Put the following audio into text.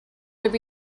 there